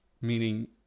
meaning